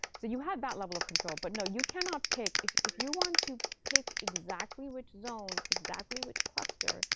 so you have that level of control. but no, you cannot pick if if you want to pick exactly which zone, exactly which cluster,